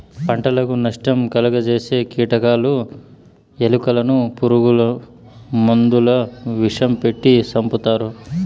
పంటకు నష్టం కలుగ జేసే కీటకాలు, ఎలుకలను పురుగు మందుల విషం పెట్టి సంపుతారు